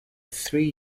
three